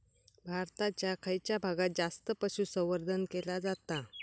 भारताच्या खयच्या भागात जास्त पशुसंवर्धन केला जाता?